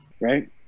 Right